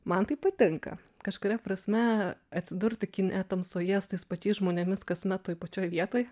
man tai patinka kažkuria prasme atsidurti kine tamsoje su tais pačiais žmonėmis kasmet toj pačioj vietoj